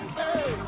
Hey